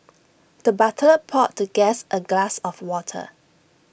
the butler poured the guest A glass of water